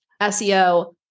SEO